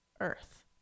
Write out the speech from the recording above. earth